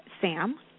Sam